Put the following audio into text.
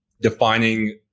defining